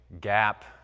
Gap